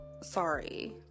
sorry